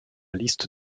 liste